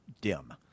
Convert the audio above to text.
dim